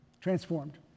Transformed